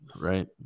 right